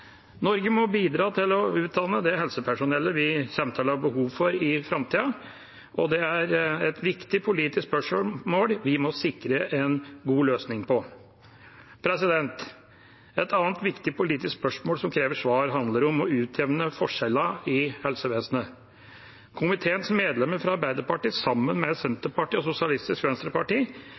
Norge må bidra til å utdanne det helsepersonellet vi kommer til å ha behov for i framtida, og det er et viktig politisk spørsmål vi må sikre en god løsning på. Et annet viktig politisk spørsmål som krever svar, handler om å utjevne forskjellene i helsevesenet. Komiteens medlemmer fra Arbeiderpartiet, sammen med Senterpartiet og Sosialistisk Venstreparti,